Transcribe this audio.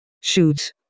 Shoot